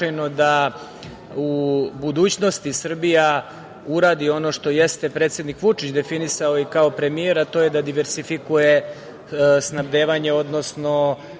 da u budućnosti Srbija uradi ono što jeste predsednik Vučić definisao i kao premijer, a to je da diversifikuje snabdevanje, odnosno